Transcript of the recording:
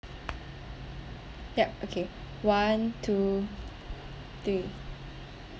yup okay one two three